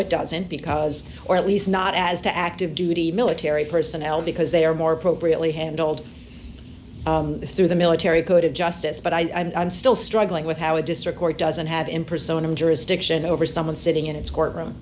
it doesn't because or at least not as to active duty military personnel because they are more appropriately handled through the military code of justice but i think i'm still struggling with how a district court doesn't have in persona jurisdiction over someone sitting in its courtroom